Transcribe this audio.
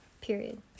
Period